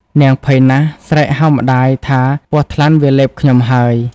នាងភ័យណាស់ ស្រែកហៅម្ដាយថា “ពស់ថ្លាន់វាលេបខ្ញុំហើយ” ។